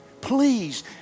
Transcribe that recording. Please